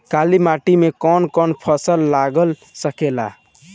काली मिट्टी मे कौन कौन फसल लाग सकेला?